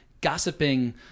gossiping